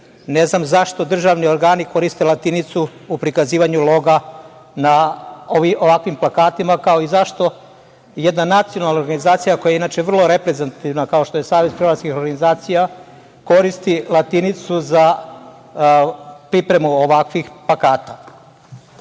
Ne znam zašto državni organi koriste latinicu u prikazivanju loga na ovakvim plakatima, kao i zašto jedna nacionalna organizacija, koja je inače vrlo reprezentativna, kao što je Savez hrvatskih organizacija, koristi latinicu za pripremu ovakvih plakata. Treće,